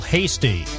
Hasty